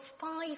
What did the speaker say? five